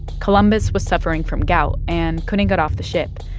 columbus was suffering from gout and couldn't get off the ship,